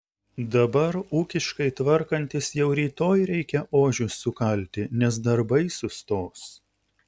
dabar ūkiškai tvarkantis jau rytoj reikia ožius sukalti nes darbai sustos